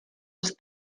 els